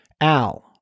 Al